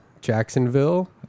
Jacksonville